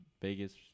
Vegas